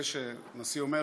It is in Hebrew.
זה שנשיא אומר